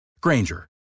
Granger